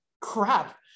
crap